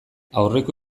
aurreko